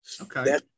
Okay